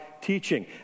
teaching